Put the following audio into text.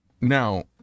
now